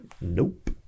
nope